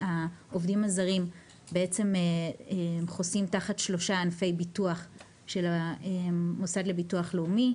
העובדים הזרים בעצם חוסים תחת שלושה ענפי ביטוח של המוסד לביטוח לאומי,